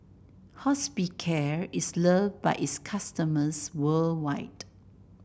Hospicare is loved by its customers worldwide